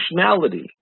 functionality